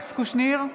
אלכס קושניר,